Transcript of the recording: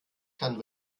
kann